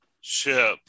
ship